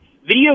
video